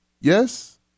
Yes